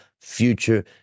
future